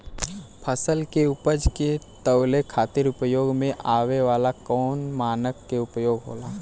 फसल के उपज के तौले खातिर उपयोग में आवे वाला कौन मानक के उपयोग होला?